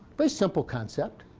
but simple concept.